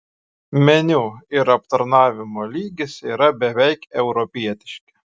meniu ir aptarnavimo lygis yra beveik europietiški